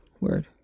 word